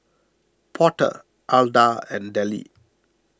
Porter Alda and Dellie